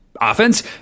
offense